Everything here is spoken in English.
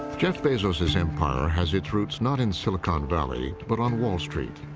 jeff bezos's empire has its roots not in silicon valley, but on wall street.